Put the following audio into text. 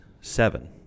seven